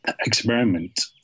experiment